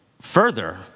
further